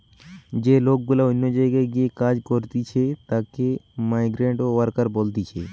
যে লোক গুলা অন্য জায়গায় গিয়ে কাজ করতিছে তাকে মাইগ্রান্ট ওয়ার্কার বলতিছে